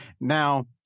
Now